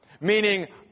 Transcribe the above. meaning